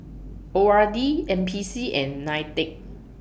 O R D N P C and NITEC